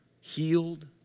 Healed